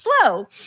slow